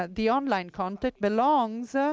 the online content belongs